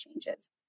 changes